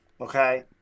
okay